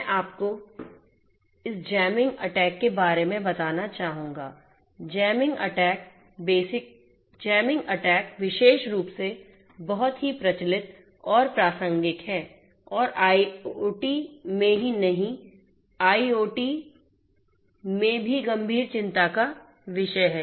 मैं आपको इस जैमिंग अटैक के बारे में बताना चाहूंगा जैमिंग अटैक विशेष रूप से बहुत ही प्रचलित और प्रासंगिक है और आईओटी में ही नहीं आईओटी में भी गंभीर चिंता का विषय है